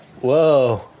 Whoa